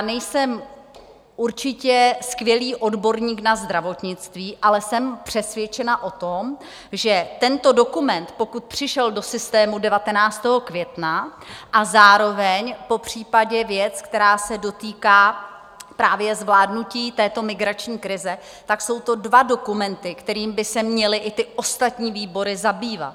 Nejsem určitě skvělý odborník na zdravotnictví, ale jsem přesvědčena o tom, že tento dokument, pokud přišel do systému 19. května, a zároveň popřípadě věc, která se dotýká právě zvládnutí této migrační krize, jsou to dva dokumenty, kterými by se měly i ty ostatní výbory zabývat.